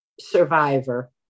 survivor